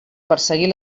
perseguir